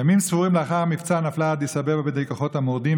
ימים ספורים לאחר המבצע נפלה אדיס אבבה בידי כוחות המורדים,